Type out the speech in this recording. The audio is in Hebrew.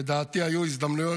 לדעתי היו הזדמנויות.